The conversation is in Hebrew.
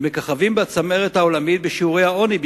ומככבים בצמרת העולמית בשיעורי העוני,